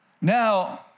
Now